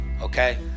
Okay